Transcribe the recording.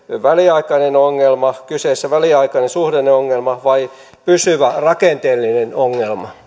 väliaikainen ongelma onko kyseessä väliaikainen suhdanneongelma vai pysyvä rakenteellinen ongelma